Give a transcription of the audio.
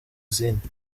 izindi